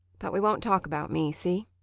but we won't talk about me, see?